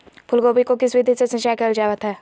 फूलगोभी को किस विधि से सिंचाई कईल जावत हैं?